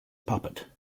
puppet